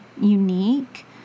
unique